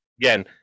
again